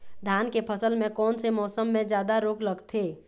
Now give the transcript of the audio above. धान के फसल मे कोन से मौसम मे जादा रोग लगथे?